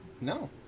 No